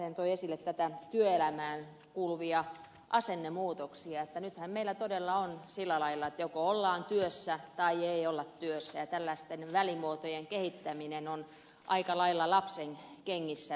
hän toi esille näitä työelämään kuuluvia asennemuutoksia että nythän meillä todella on sillä lailla että joko ollaan työssä tai ei olla työssä ja tällaisten välimuotojen kehittäminen on aika lailla lapsenkengissä vielä